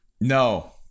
no